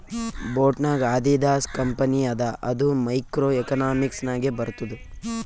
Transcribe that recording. boat ನಾಗ್ Adidas company ಅದ ಅದು ಮೈಕ್ರೋ ಎಕನಾಮಿಕ್ಸ್ ನಾಗೆ ಬರ್ತುದ್